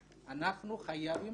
אתכם.